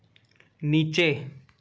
नीचे